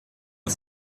are